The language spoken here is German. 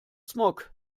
smog